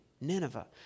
Nineveh